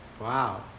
Wow